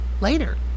later